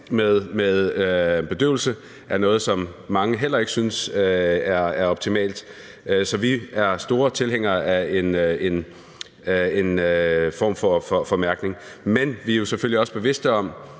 med bedøvelse, er noget, som mange heller ikke synes er optimalt. Så vi er store tilhængere af en form for mærkning. Men vi er jo selvfølgelig også bevidste om,